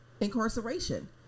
incarceration